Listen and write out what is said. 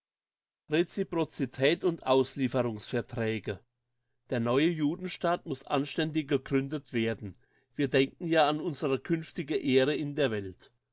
neue land reciprocität und auslieferungsverträge der neue judenstaat muss anständig gegründet werden wir denken ja an unsere künftige ehre in der welt